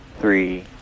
three